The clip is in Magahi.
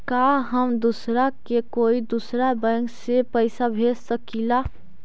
का हम दूसरा के कोई दुसरा बैंक से पैसा भेज सकिला?